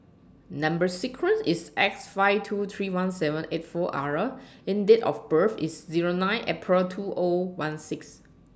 Number sequence IS S five two three one seven eight four R and Date of birth IS Zero nine April two O one six